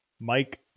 Mike